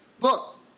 look